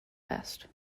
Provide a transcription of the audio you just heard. best